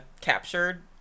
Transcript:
captured